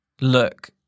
look